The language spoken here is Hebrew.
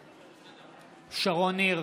נגד שרון ניר,